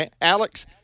Alex